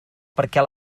perquè